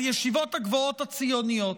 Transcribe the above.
על הישיבות הגבוהות הציוניות.